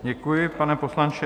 Děkuji, pane poslanče.